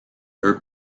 eux